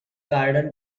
garden